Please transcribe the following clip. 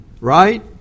right